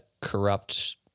corrupt